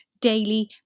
daily